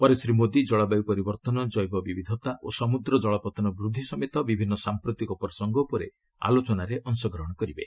ପରେ ଶ୍ରୀ ମୋଦି ଜଳବାୟୁ ପରିବର୍ତ୍ତନ ଜୈବ ବିବିଧତା ଓ ସମୁଦ୍ର କଳପଉନ ବୃଦ୍ଧି ସମେତ ବିଭିନ୍ନ ସାଂପ୍ରତିକ ପ୍ରସଙ୍ଗ ଉପରେ ଆଲୋଚନାରେ ଅଂଶଗ୍ରହଣ କରିବେ